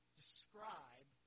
describe